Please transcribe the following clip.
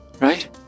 right